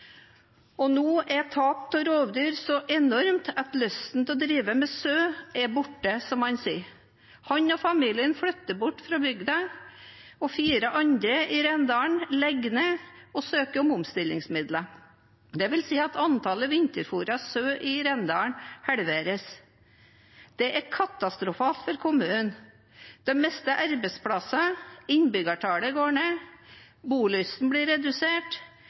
dessverre. Nå er tapet til rovdyr så enormt at lysten til å drive med sau er borte, som han sier. Han og familien flytter bort fra bygda, og fire andre i Rendalen legger ned og søker om omstillingsmidler. Det vil si at antallet vinterfôrede sau i Rendalen halveres, og det er katastrofalt for kommunen. Den mister arbeidsplasser, innbyggertallet går ned, bolysten blir redusert,